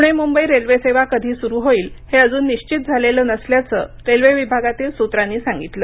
Pune Mumbai railway सेवा कधी स्रु होईल हे अजून निश्चित झालेलं नसल्याचं रेल्वे विभागतिल सूत्रानी सांगितलं